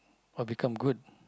or become good